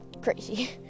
crazy